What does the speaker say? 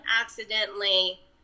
accidentally